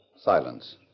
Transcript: Silence